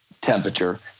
temperature